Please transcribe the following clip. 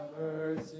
mercy